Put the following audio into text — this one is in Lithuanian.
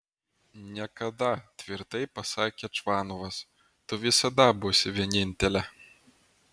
niekada tvirtai pasakė čvanovas tu visada būsi vienintelė